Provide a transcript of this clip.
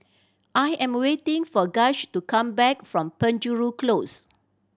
I am waiting for Gaige to come back from Penjuru Close